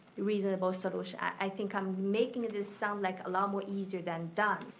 reasonable solution. i think i'm making this sound like a lot more easier than done.